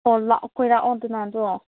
ꯑꯣ ꯂꯥꯛꯑꯣ ꯀꯣꯏꯔꯛ ꯑꯣꯗꯅ ꯑꯗꯣ